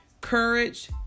Courage